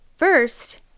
First